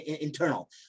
internal